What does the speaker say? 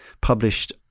published